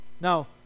Now